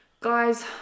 Guys